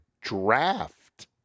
draft